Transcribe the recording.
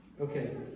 Okay